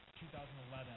2011